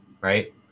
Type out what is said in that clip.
right